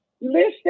Listen